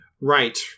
Right